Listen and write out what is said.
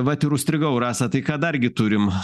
vat ir užstrigau rasa tai ką dargi turim